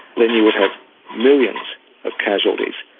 then you would have millions of casualties,